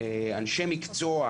אנשי מקצוע: